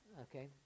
Okay